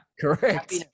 Correct